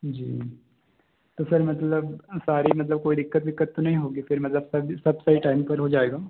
जी तो सर मतलब सारी मतलब कोई दिक्कत विक्कत तो नहीं होगी फिर मतलब सब सही टाइम पर हो जायेगा